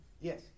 Yes